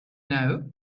know